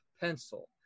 pencil